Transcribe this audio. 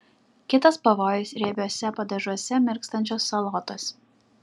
kitas pavojus riebiuose padažuose mirkstančios salotos